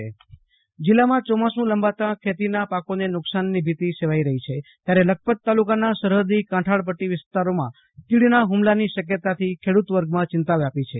આશુ તોષ અંતાણી કચ્છ તીડના આક્રમણની શક્યતા જીલ્લામાં ચોમાસું લંબાતા ખેતીના પાકોને નુકશાનની ભીતિ સેવાઈ રહી છે ત્યારે લખપત તાલુકાના સરહદી કાંઠાળ પદ્દી વિસ્તારોમાં તીડના હૂમલાની શક્યતાથી ખેડૂતોમાં ચિંતા વ્યાપી છે